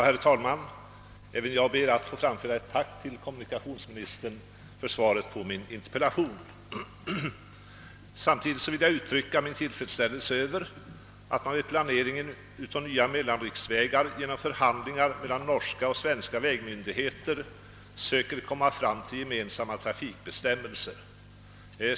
Herr talman! Jag ber att få framföra ett tack till kommunikationsministern för svaret på min interpellation. Sam tidigt vill jag uttrycka min tillfredsställelse över att man vid planeringen av nya mellanriksvägar genom förhandlingar mellan norska och svenska vägmyndigheter söker komma fram till gemensamma trafikbestämmelser.